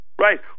Right